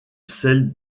celle